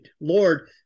Lord